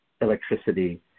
electricity